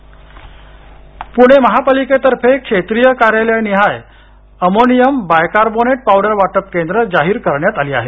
विसर्जन तयारी पुणे महापालिकेतर्फे क्षेत्रीय कार्यालय निहाय अमोनियम बायकार्बोनेट पावडर वाटप केंद्र जाहीर करण्यात आली आहेत